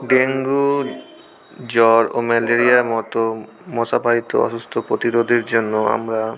dengue জ্বর ও ম্যালেরিয়ার মতো মশাবাহিত অসুস্থতা প্রতিরোধের জন্য আমরা